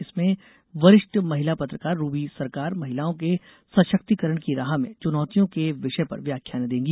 इसमें वरिष्ठ महिला पत्रकार रूबी सरकार महिलाओं के सशक्तिकरण की राह में चुनौतियां के विषय पर व्याख्यान देंगी